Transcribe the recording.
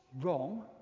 wrong